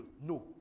No